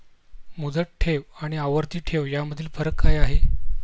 मुदत ठेव आणि आवर्ती ठेव यामधील फरक काय आहे?